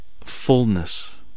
fullness